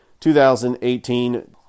2018